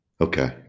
Okay